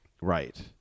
right